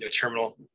terminal